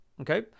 Okay